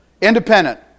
independent